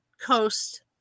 coast